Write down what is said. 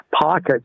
pockets